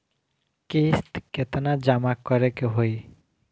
किस्त केतना जमा करे के होई?